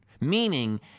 Meaning